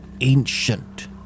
ancient